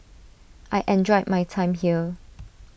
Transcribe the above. I enjoy my time here